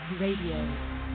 Radio